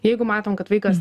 jeigu matom kad vaikas